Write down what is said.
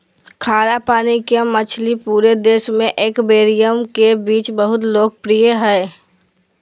खारा पानी के मछली पूरे देश में एक्वेरियम के बीच बहुत लोकप्रिय हइ